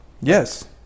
yes